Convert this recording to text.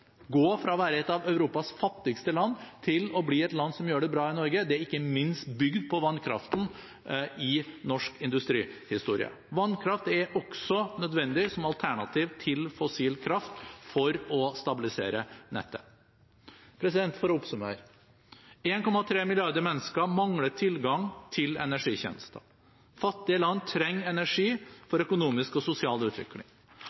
gå fra å være et av Europas fattigste land til å bli et land som gjør det bra. Det er ikke minst bygd på vannkraften i norsk industrihistorie. Vannkraft er også nødvendig som alternativ til fossil kraft for å stabilisere nettet. For å oppsummere: 1,3 milliarder mennesker mangler tilgang til energitjenester. Fattige land trenger energi for økonomisk og sosial utvikling.